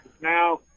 Now